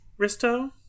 Risto